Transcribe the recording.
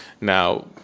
Now